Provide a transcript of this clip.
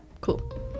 Cool